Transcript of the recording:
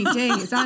days